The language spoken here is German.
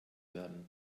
werden